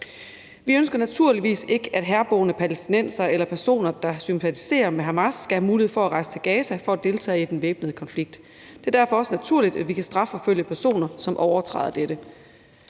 Vi ønsker naturligvis ikke, at herboende palæstinensere eller personer, der sympatiserer med Hamas, skal have mulighed for at rejse til Gaza for at deltage i den væbnede konflikt. Det er derfor også naturligt, at vi kan strafforfølge personer, som overtræder dette.